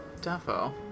Defo